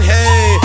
Hey